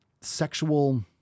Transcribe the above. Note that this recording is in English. sexual